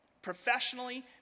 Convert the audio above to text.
professionally